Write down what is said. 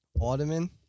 Ottoman